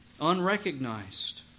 unrecognized